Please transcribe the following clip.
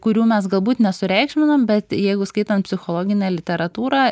kurių mes galbūt nesureikšminam bet jeigu skaitant psichologinę literatūrą